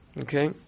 Okay